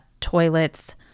toilets